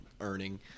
earning